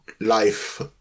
life